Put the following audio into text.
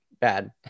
bad